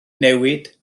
newid